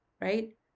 right